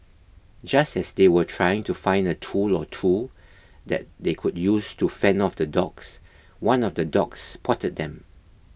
just as they were trying to find a tool or two that they could use to fend off the dogs one of the dogs spotted them